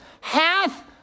hath